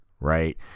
right